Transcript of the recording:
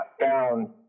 down